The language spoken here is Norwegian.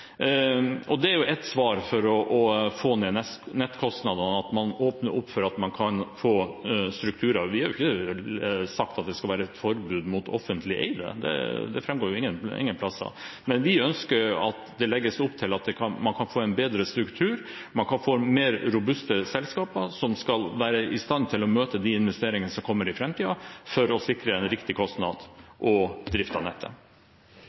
ned nettkostnadene er jo at man åpner opp for at man kan få en bedre struktur. Vi har ikke sagt at det skal være et forbud mot offentlig eide nettselskap; det fremgår jo ingen steder. Men vi ønsker at det legges opp til at man kan få en bedre struktur, at man kan få mer robuste selskaper som skal være i stand til å møte de investeringene som kommer i framtiden, for å sikre riktig kostnad og drift av nettet.